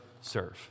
serve